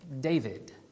David